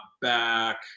back